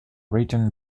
written